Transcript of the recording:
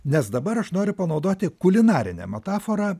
nes dabar aš noriu panaudoti kulinarinę metaforą